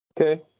Okay